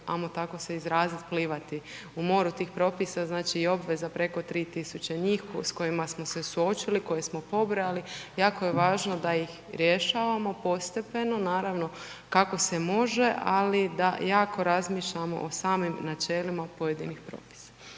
ajmo tako se izrazit, plivati u moru tih propisa, znači, i obveza preko 3000 njih s kojima smo se suočili, koje smo pobrali. Jako je važno da ih rješavamo postepeno, naravno, kako se može, ali da jako razmišljamo o samim načelima pojedinih propisa.